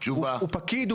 הוא פקיד,